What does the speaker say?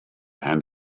and